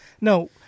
No